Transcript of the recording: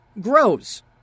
grows